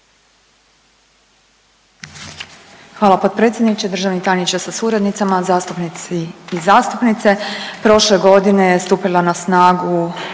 Hvala potpredsjedniče, državni tajniče sa suradnicama, zastupnici i zastupnice. Prošle godine stupila je na snagu